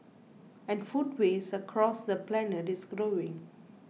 and food waste across the planet is growing